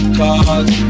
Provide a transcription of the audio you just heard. cards